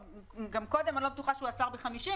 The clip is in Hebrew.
גם קודם אני לא בטוחה שהוא עצר ב-50,